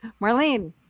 Marlene